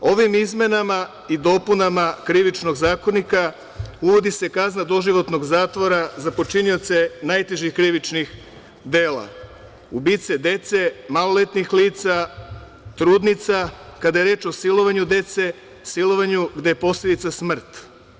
Ovim izmenama i dopunama Krivičnog zakonika uvodi se kazna doživotnog zatvora za počinioce najtežih krivičnih dela – ubice dece, maloletnih lica, trudnica, kada je reč o silovanju dece, silovanju gde je posledica smrt.